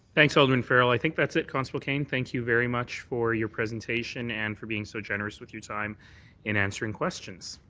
thanks, alderman farrell. i think that's it, constable cane. thank you very much for your presentation. and for being so generous with your time in answering questions.